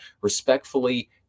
respectfully